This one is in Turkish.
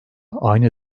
aynı